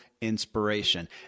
inspiration